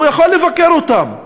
הוא יכול לבקר אותם,